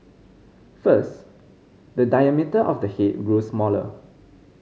first the diameter of the head grew smaller